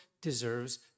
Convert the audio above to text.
deserves